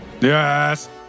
yes